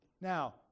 Now